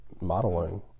Modeling